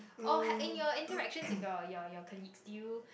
oh in your interaction with your your your colleagues did you